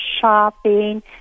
shopping